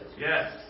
Yes